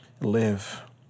live